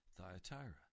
Thyatira